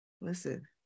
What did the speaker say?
listen